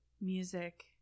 music